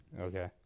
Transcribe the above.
Okay